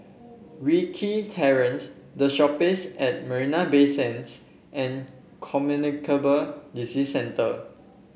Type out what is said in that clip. Wilkie Terrace The Shoppes at Marina Bay Sands and Communicable Disease Centre